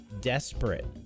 Desperate